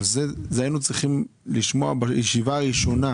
את זה היינו צריכים לשמוע בישיבה הראשונה,